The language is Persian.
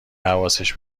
حواسش